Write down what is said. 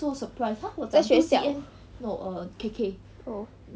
在学校啊 oh